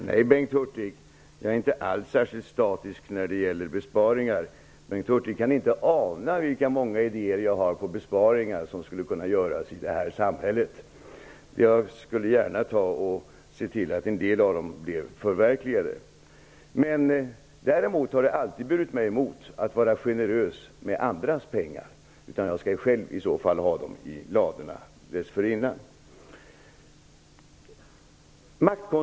Fru talman! Min syn på besparingar är inte alls särskilt statisk. Bengt Hurtig kan inte ana hur många idéer jag har till besparingar som skulle kunna göras i samhället. Jag skulle gärna se till att en del av dem förverkligades. Däremot har det alltid burit mig emot att vara generös med andras pengar. Jag måste själv ha pengarna i ladorna innan jag lämnar ut dem.